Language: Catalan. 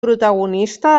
protagonista